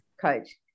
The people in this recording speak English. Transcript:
coach